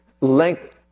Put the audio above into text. length